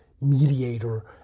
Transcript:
mediator